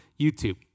YouTube